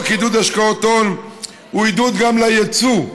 עידוד השקעות הון היא עידוד גם ליצוא,